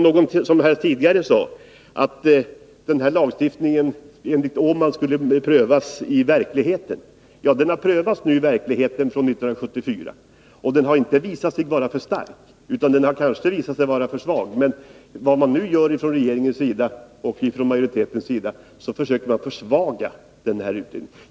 Någon sade också tidigare i debatten att den här lagstiftningen enligt Valter Åman skulle prövas i verkligheten. Ja, den har prövats i verkligheten sedan 1974, och den har inte visat sig vara för stark, utan kanske i stället för svag. Det man nu gör från regeringens och utskottsmajoritetens sida är emellertid att försöka försvaga det hela.